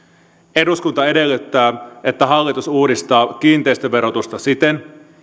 eduskunta edellyttää että hallitus uudistaa kiinteistöverotusta siten